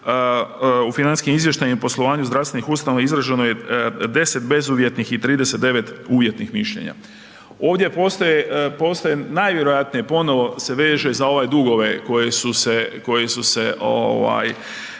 U financijskim izvještajima i poslovanju zdravstvenih ustanova izraženo je 10 bezuvjetnih i 39 uvjetnih mišljenja. Ovdje postoje, najvjerojatnije ponovo se veže za ove dugove koji su se,